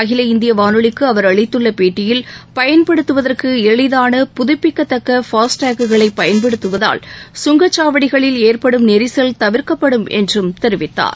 அகில இந்திய வானொலிக்கு அவர் அளித்துள்ள பேட்டியில் பயன்படுத்துவதற்கு எளிதான புதுப்பிக்கத்தக்க பாஸ்டேக்குகளைப் பயன்படுத்துவதால் சுங்கச்சாவடிகளில் ஏற்படும் நெரிசல் தவிர்க்கப்படும் என்று தெரிவித்துள்ளார்